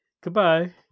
Goodbye